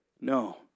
No